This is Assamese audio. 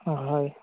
অঁ হয়